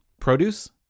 produce